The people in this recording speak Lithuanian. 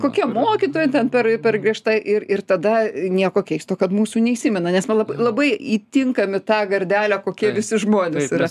kokia mokytoja ten per per griežta ir ir tada nieko keisto kad mūsų neįsimena nes man lab labai įtinkam į tą gardelę kokie visi žmonės yra